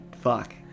fuck